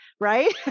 right